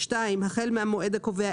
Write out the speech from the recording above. (2)החל מהמועד הקובע,